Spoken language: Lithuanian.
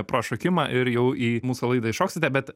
prašokimą ir jau į mūsų laidą iššoksite bet